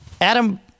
adam